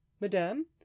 Madame